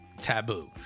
Taboo